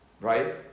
right